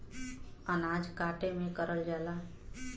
अनाज काटे में करल जाला